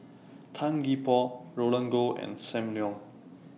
Tan Gee Paw Roland Goh and SAM Leong